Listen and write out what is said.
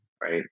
right